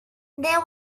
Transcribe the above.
there